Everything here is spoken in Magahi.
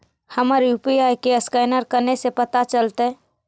हमर यु.पी.आई के असकैनर कने से पता चलतै?